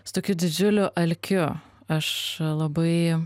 su tokiu didžiuliu alkiu aš labai